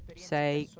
say,